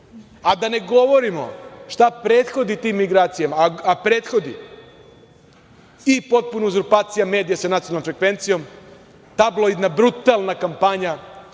a da ne govorimo šta prethodi tim migracijama, a prethodi i potpuna uzurpacija medija sa nacionalnom frekvencijom, tabloidna, brutalna kampanja,